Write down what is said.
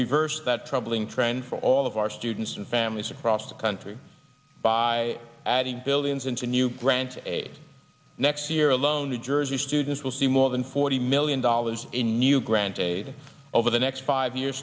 reverse that troubling trend for all of our students and families across the country by adding billions into new grants aid next year alone new jersey students will see more than forty million dollars in new grant aid over the next five y